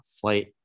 flight